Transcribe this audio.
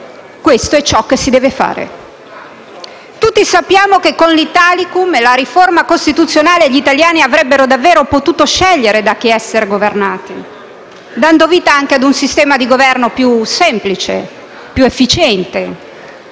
questo è ciò che si deve fare. Tutti sappiamo che con l'Italicum e la riforma costituzionale gli italiani avrebbero davvero potuto scegliere da chi essere governati, dando anche vita a un sistema di Governo più semplice e efficiente.